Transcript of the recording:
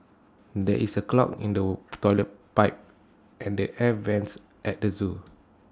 there is A clog in the Toilet Pipe and the air Vents at the Zoo